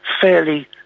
fairly